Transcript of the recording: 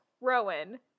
Rowan